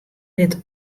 lit